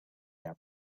yap